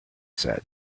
said